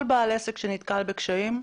כל בעל עסק שנתקל בקשיים.